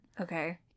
Okay